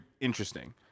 interesting